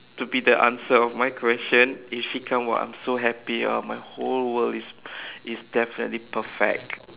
to be the answer of my question if she come !wah! I'm so happy ah my whole world is is definitely perfect